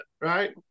right